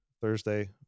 Thursday